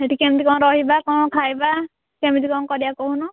ସେଇଠି କେମିତି କ'ଣ ରହିବା କ'ଣ ଖାଇବା କେମିତି କ'ଣ କରିବା କହୁନୁ